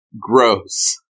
gross